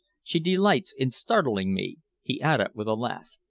she delights in startling me, he added with a laugh.